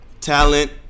talent